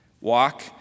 walk